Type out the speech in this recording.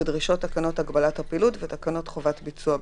בדרישות תקנות הגבלת הפעילות ותקנות חובת ביצוע בדיקה."